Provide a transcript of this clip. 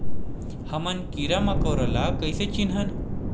हमन कीरा मकोरा ला कइसे चिन्हन?